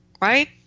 Right